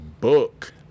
book